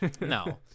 no